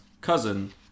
cousin